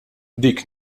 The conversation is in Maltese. dik